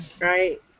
right